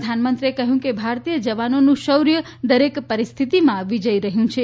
પ્રધાનમંત્રીએ કહ્યું કે ભારતીય જવાનોનું શૌર્ય દરેક પરિસ્થિતિમાં વિજયી રહ્યું છે